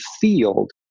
field